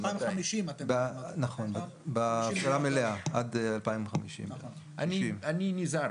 2050. נכון --- עד 2050. אני נזהר,